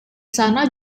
sana